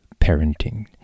parenting